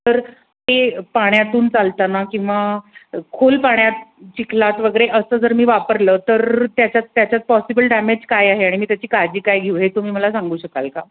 तर ते पाण्यातून चालताना किंवा खोल पाण्यात चिखलात वगैरे असं जर मी वापरलं तर त्याच्यात त्याच्यात पॉसिबल डॅमेज काय आहे आणि मी त्याची काळजी काय घेऊ हे तुम्ही मला सांगू शकाल का